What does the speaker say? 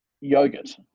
Yogurt